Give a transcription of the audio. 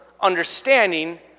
understanding